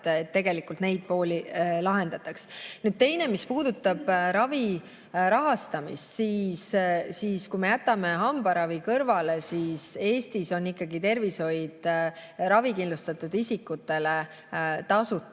et tegelikult neid [probleeme] lahendatakse. Teine asi, mis puudutab ravi rahastamist. Kui me jätame hambaravi kõrvale, siis Eestis on ikkagi tervishoid ravikindlustatud isikutele tasuta.